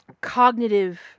cognitive